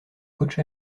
coach